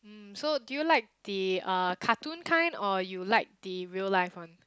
mm so do you like the uh cartoon kind or you like the real life one